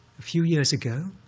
a few years ago,